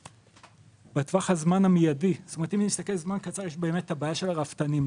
בטווח הזמן הקצר יש בעיה של הרפתנים.